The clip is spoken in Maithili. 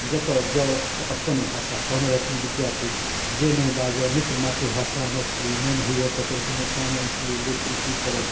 जतऽ जाउ तऽ अपन भाषा कहने रहथिन विद्यापति जे नहि बाजै नित मातृभाषा मैथिली मोन होइए तकर दुनू कान अएँठ ली लेकिन कि करब